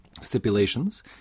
stipulations